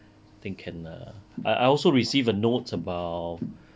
then can uh I I also receive a note about